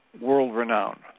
world-renowned